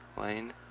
Lane